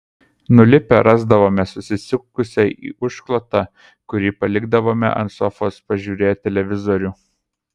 nulipę rasdavome susisukusią į užklotą kurį palikdavome ant sofos pažiūrėję televizorių